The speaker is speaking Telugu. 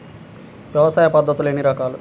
వ్యవసాయ పద్ధతులు ఎన్ని రకాలు?